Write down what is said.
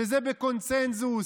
שזה בקונסנזוס.